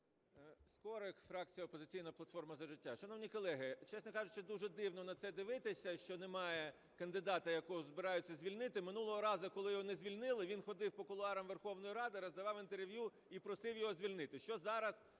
Скорик, фракція "Опозиційна платформа – За життя". Шановні колеги, чесно кажучи, дуже дивно на це дивитися, що немає кандидата, якого збираються звільнити. Минулого разу, коли його не звільнили, він ходив по кулуарам Верховної Ради, роздавав інтерв'ю і просив його звільнити. Що зараз